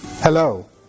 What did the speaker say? Hello